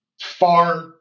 far